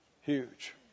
huge